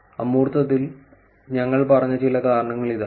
അമൂർത്തത്തിൽ ഞങ്ങൾ പറഞ്ഞ ചില കാരണങ്ങൾ ഇതാ